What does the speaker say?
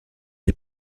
les